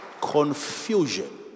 confusion